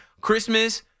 Christmas